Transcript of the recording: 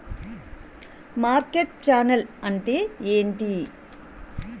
Market channel అంటే ఏంటి?